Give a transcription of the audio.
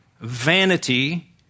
vanity